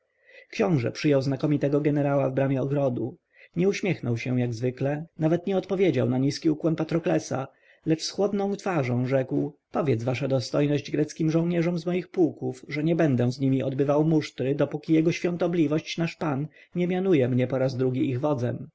książę przyjął znakomitego jenerała w bramie ogrodu nie uśmiechnął się jak zwykle nawet nie odpowiedział na niski ukłon patroklesa lecz z chłodną twarzą rzekł powiedz wasza dostojność greckim żołnierzom z moich pułków że nie będę z nimi odbywał musztry dopóki jego świątobliwość nasz pan nie mianuje mnie po raz drugi ich wodzem